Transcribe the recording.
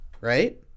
right